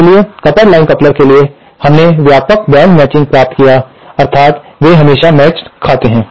इसलिए coupled line coupler के लिए हमने व्यापक बैंड मैचिंग प्राप्त किया अर्थात वे हमेशा मेचड़ खाते हैं